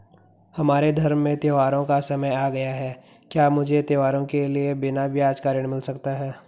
हमारे धर्म में त्योंहारो का समय आ गया है क्या मुझे त्योहारों के लिए बिना ब्याज का ऋण मिल सकता है?